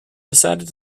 decided